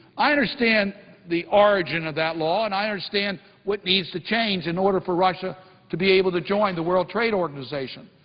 i understand the origin of that law and i understand what needs to change in order for russia to be able to join the world trade organization.